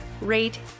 rate